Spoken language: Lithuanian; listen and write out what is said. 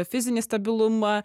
fizinį stabilumą